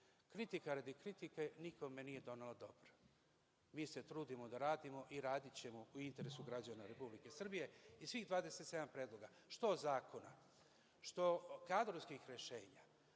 Kritika radi kritike nikome nije donela dobro. Mi se trudimo da radimo i radićemo u interesu građana Republike Srbije i svih 27 predloga, što zakona, što kadrovskih rešenja,